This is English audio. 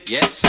Yes